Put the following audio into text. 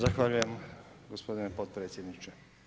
Zahvaljujem gospodine potpredsjedniče.